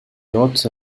lots